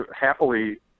happily